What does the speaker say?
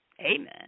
Amen